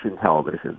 television